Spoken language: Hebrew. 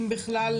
אם בכלל,